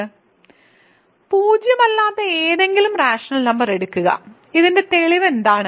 അതിനാൽ പൂജ്യമല്ലാത്ത ഏതെങ്കിലും റാഷണൽ നമ്പർ എടുക്കുക ഇതിന്റെ തെളിവ് എന്താണ്